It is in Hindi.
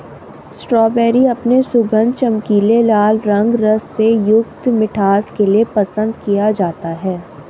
स्ट्रॉबेरी अपने सुगंध, चमकीले लाल रंग, रस से युक्त मिठास के लिए पसंद किया जाता है